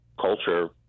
culture